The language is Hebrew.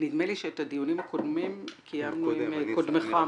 נדמה לי שאת הדיונים הקודמים קיימנו עם קודמך,